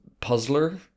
puzzler